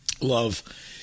love